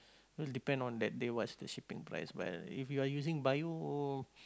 cause depend on that day what's the shipping price but if you are using bio